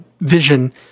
vision